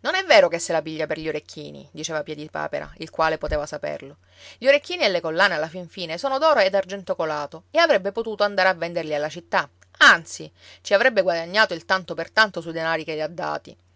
non è vero che se la piglia per gli orecchini diceva piedipapera il quale poteva saperlo gli orecchini e le collane alla fin fine sono d'oro ed argento colato e avrebbe potuto andare a venderli alla città anzi ci avrebbe guadagnato il tanto per tanto sui denari che ha dati